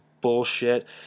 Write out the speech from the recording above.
bullshit